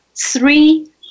three